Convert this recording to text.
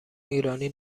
ایرانی